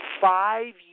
five